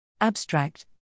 Abstract